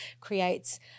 creates